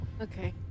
Okay